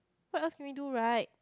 what else can we do right